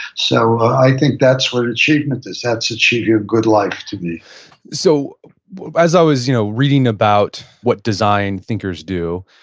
so i think that's what achievement is. that's achieving a good life to me so as i was you know reading about what design thinkers do,